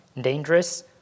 dangerous